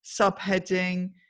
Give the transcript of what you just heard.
subheading